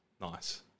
Nice